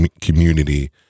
community